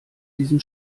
diesem